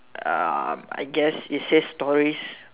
uh I guess it says stories